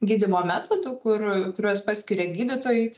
gydymo metodų kur kuriuos paskiria gydytojai